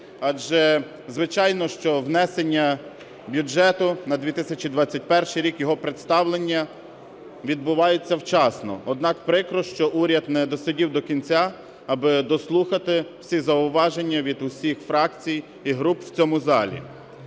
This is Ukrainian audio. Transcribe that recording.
Адже, звичайно, що внесення бюджету на 2021 рік, його представлення відбувається вчасно, однак прикро, що уряд не досидів до кінця, аби дослухати всі зауваження від усіх фракцій і груп в цьому залі.